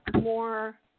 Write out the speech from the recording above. more